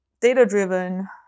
data-driven